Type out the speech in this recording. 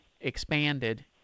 expanded